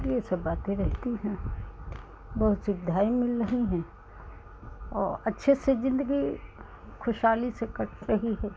यह सब बातें रहती हैं बहुत सुविधाएँ मिल रही हैं और अच्छे से ज़िन्दगी ख़ुशहाली से कट रही है